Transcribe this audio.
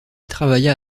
travailla